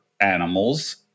animals